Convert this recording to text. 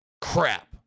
crap